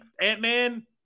ant-man